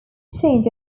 change